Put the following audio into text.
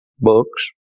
books